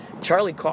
Charlie